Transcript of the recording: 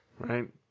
Right